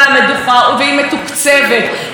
מרחק שמיים וארץ מהביצוע.